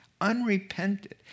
unrepented